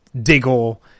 Diggle